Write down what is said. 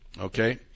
okay